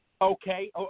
okay